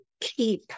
keep